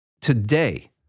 today